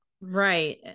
right